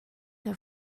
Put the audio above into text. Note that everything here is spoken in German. der